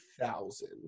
thousand